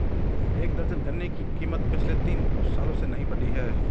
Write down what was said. एक दर्जन गन्ने की कीमत पिछले तीन सालों से नही बढ़ी है